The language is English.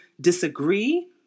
disagree